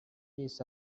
bays